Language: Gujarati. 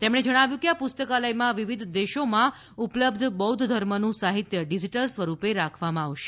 તેમણે જણાવ્યું કે આ પુસ્કાલયમાં વિવિધ દેશોમાં ઉપલબ્ધ બૌધ્ધ ધર્મનું સાહિત્ય ડીજીટલ સ્વરૂપે રાખવામાં આવશે